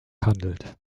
handelt